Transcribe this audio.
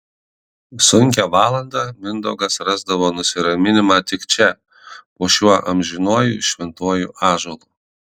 sunkią valandą mindaugas rasdavo nusiraminimą tik čia po šiuo amžinuoju šventuoju ąžuolu